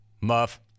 Muff